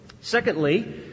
Secondly